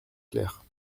claire